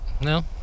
no